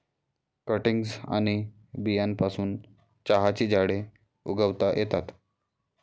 cuttings आणि बियांपासून चहाची झाडे उगवता येतात